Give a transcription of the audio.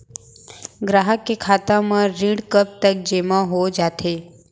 ग्राहक के खाता म ऋण कब तक जेमा हो जाथे?